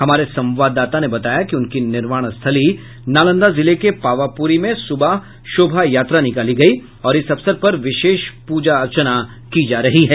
हमारे संवाददाता ने बताया कि उनकी निर्वाण स्थली नालंदा जिले के पावापुरी में सुबह शोभायात्रा निकाली गयी और इस अवसर पर विशेष पूजा अर्चना की जा रही है